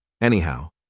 Anyhow